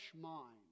mind